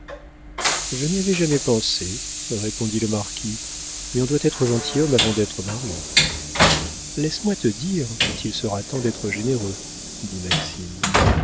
je n'y avais jamais pensé répondit le marquis mais on doit être gentilhomme avant d'être mari laisse-moi te dire quand il sera temps d'être généreux dit maxime